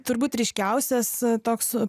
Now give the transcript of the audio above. turbūt ryškiausias toks